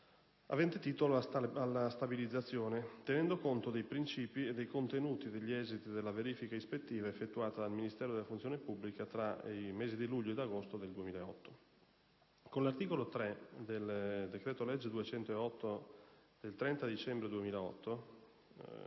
avente titolo alla stabilizzazione tenendo conto dei principi e dei contenuti degli esiti della verifica ispettiva effettuata dal Ministero della funzione pubblica tra luglio e agosto 2008. Con l'articolo 3 del decreto-legge del 30 dicembre 2008,